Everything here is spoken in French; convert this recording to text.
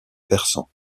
persan